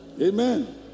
Amen